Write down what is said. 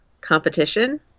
competition